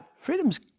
Freedom's